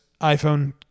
iPhone